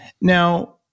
Now